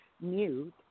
mute